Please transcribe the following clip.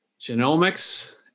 genomics